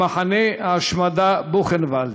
למחנה ההשמדה בוכנוולד.